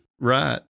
Right